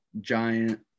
Giant